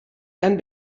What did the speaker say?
dann